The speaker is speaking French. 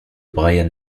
brian